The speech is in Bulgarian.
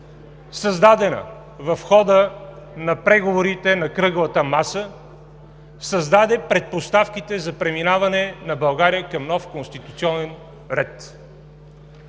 създадена в хода на преговорите на кръглата маса, създаде предпоставките за преминаване на България към нов конституционен ред.